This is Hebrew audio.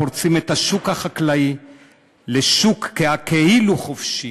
פורצים את השוק החקלאי לשוק כאילו-חופשי,